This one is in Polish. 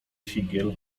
figiel